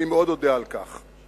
מאוד אודה על כך.